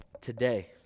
Today